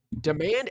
demand